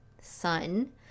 Sun